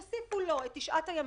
שאין מי שיושב ורואה את כל התמונה כולה.